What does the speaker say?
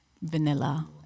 vanilla